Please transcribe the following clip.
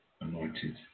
anointed